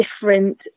different